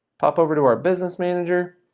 pop over to our business manager,